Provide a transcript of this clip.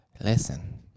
Listen